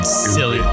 silly